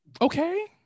okay